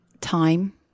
time